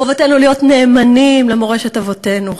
חובתנו להיות נאמנים למורשת אבותינו,